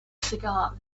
cigar